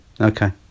okay